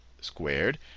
squared